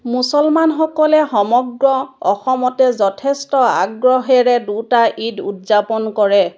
মুছলমানসকলে সমগ্ৰ অসমতে যথেষ্ট আগ্ৰহেৰে দুটা ঈদ উদযাপন কৰে